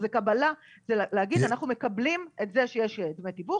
זה להגיד שאנחנו מקבלים את זה שיש דמי תיווך